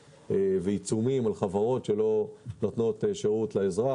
ועיצומים על חברות שלא נותנות שירות לאזרח.